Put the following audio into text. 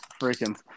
Freaking